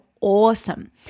awesome